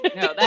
No